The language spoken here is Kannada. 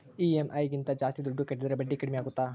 ಇ.ಎಮ್.ಐ ಗಿಂತ ಜಾಸ್ತಿ ದುಡ್ಡು ಕಟ್ಟಿದರೆ ಬಡ್ಡಿ ಕಡಿಮೆ ಆಗುತ್ತಾ?